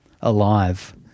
alive